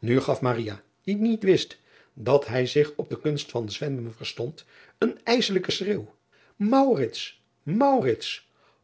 u gaf die niet wist dat hij zich op de kunst van zwemmen verstond een ijsselijken schreeuw